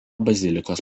bazilikos